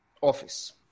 office